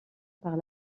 par